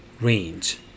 range